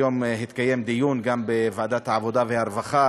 היום התקיים דיון גם בוועדת העבודה והרווחה